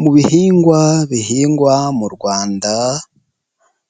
Mu bihingwa bihingwa mu Rwanda,